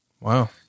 Wow